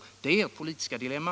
Det är ert politiska dilemma.